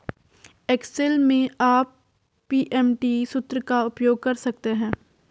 Excel में आप PMT सूत्र का उपयोग कर सकते हैं